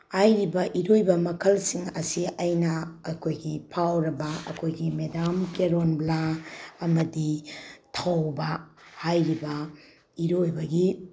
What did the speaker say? ꯍꯥꯏꯔꯤꯕ ꯏꯔꯣꯏꯕ ꯃꯈꯜꯁꯤꯡ ꯑꯁꯤ ꯑꯩꯅ ꯑꯩꯈꯣꯏꯒꯤ ꯐꯥꯎꯔꯕ ꯑꯩꯈꯣꯏꯒꯤ ꯃꯦꯗꯥꯝ ꯀꯦꯔꯣꯟꯕ꯭ꯂꯥ ꯑꯃꯗꯤ ꯊꯧꯕ ꯍꯥꯏꯔꯤꯕ ꯏꯔꯣꯏꯕꯒꯤ